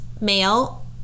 male